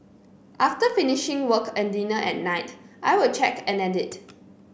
after finishing work and dinner at night I will check and edit